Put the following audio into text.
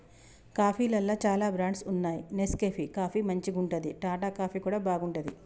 కాఫీలల్ల చాల బ్రాండ్స్ వున్నాయి నెస్కేఫ్ కాఫీ మంచిగుంటది, టాటా కాఫీ కూడా బాగుంటది